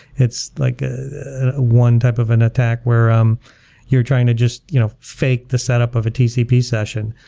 it's like a one type of an attack where um you're trying to just you know fake the setup of a tcp session.